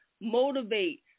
motivate